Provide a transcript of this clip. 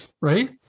Right